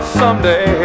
someday